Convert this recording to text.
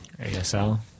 ASL